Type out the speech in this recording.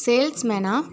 sales Mena